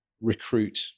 recruit